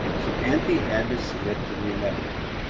so auntie had to submit to the inevitable.